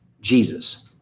Jesus